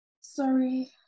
Sorry